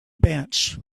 bench